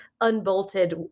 unbolted